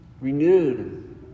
renewed